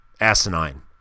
asinine